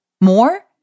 More